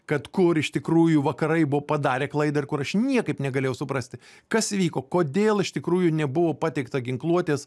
kad kur iš tikrųjų vakarai buvo padarę klaidą ir kur aš niekaip negalėjau suprasti kas įvyko kodėl iš tikrųjų nebuvo pateikta ginkluotės